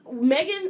Megan